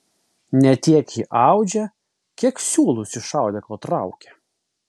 ne tiek ji audžia kiek siūlus iš audeklo traukia